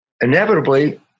Inevitably